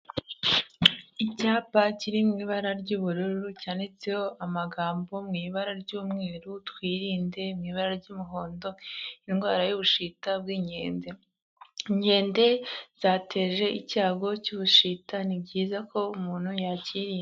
Icyapa kiri mu ibara ry'ubururu cyanditseho amagambo mu ibara ry'umweru twirinde mu ibara ry'umuhondo, indwara y'ubushita bw'inkende inkende zateje icyago cy'ubushita ni byiza ko umuntu yakirinda.